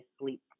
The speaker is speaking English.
sleep